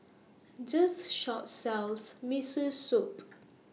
This Shop sells Miso Soup